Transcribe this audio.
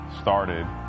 started